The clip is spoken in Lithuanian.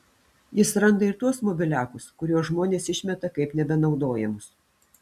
jis randa ir tuos mobiliakus kuriuos žmonės išmeta kaip nebenaudojamus